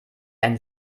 ein